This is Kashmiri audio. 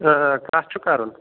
اۭں کَتھ چھُ کَرُن